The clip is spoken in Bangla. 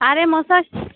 আরে মশাই